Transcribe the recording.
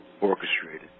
orchestrated